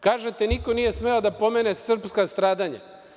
Kažete - niko nije smeo da pomene srpska stradanja.